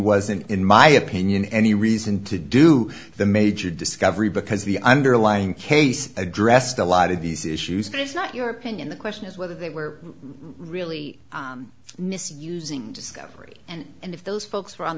wasn't in my opinion any reason to do the major discovery because the underlying case addressed a lot of these issues is not your opinion the question is whether we're really misusing discovery and if those folks were on